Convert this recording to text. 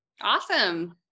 Awesome